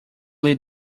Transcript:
lead